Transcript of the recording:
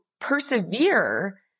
persevere